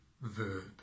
verb